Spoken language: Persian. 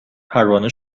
پروانه